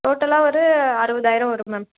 டோட்டலாக ஒரு அறுபதாயிரம் வரும் மேம்